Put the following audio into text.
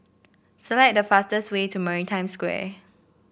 select the fastest way to Maritime Square